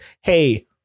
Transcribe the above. Hey